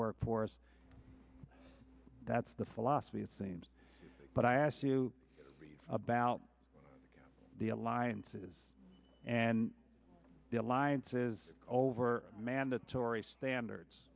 workforce that's the philosophy it seems but i ask you about the alliances and the alliances over mandatory standards